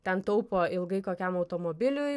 ten taupo ilgai kokiam automobiliui